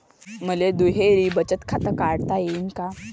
मले दुहेरी बचत खातं काढता येईन का?